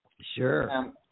Sure